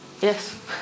Yes